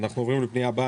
אנחנו עוברים לפנייה הבאה,